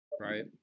Right